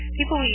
People